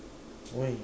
why